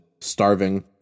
starving